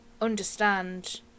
understand